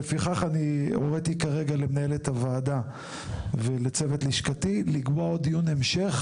ולפיכך אני הורתי כרגע למנהלת הוועדה ולצוות לשכתי לקבוע עוד דיון המשך,